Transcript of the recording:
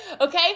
Okay